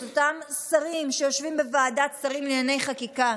את אותם שרים שיושבים בוועדת שרים לענייני חקיקה: